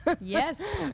yes